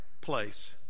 place